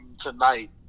tonight